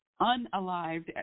unalived